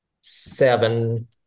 seven